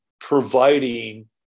providing